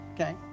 Okay